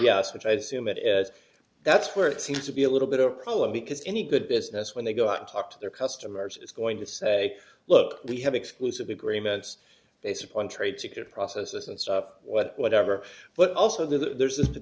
yes which i assume it is that's where it seems to be a little bit of a problem because any good business when they go out to talk to their customers is going to say look we have exclusive agreements based upon trade secret process and what whatever but also there's